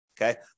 Okay